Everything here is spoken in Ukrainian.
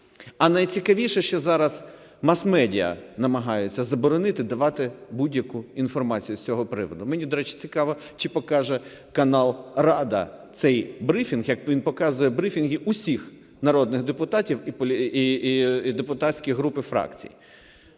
А найцікавіше, що зараз мас-медіа намагаються заборонити давати будь-яку інформацію з цього приводу. Мені, до речі, цікаво, чи покаже канал "Рада" цей брифінг, як він показує брифінги усіх народних депутатів і депутатських груп і фракцій.